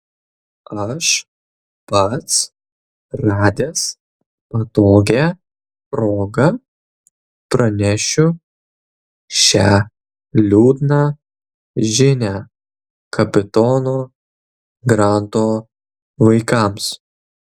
aš pats radęs patogią progą pranešiu šią liūdną žinią kapitono granto vaikams